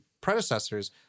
predecessors